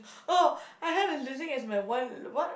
oh I have a losing as my one what